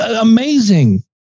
amazing